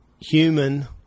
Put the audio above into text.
human